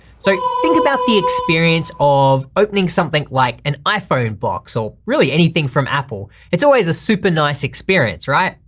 so think about the experience of opening something like an iphone box or really anything from apple, it's always a super nice experience, right?